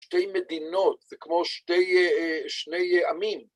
שתי מדינות זה כמו שני עמים.